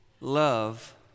Love